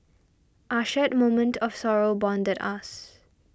our shared moment of sorrow bonded us